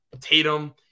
Tatum